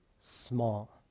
small